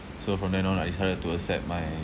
so from then on I started to accept my